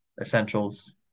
essentials